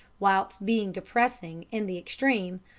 whilst being depressing in the extreme,